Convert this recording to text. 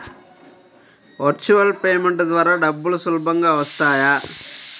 Virtual payment ద్వారా డబ్బులు సులభంగా వస్తాయా?